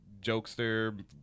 jokester